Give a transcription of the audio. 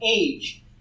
age